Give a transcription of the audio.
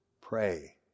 pray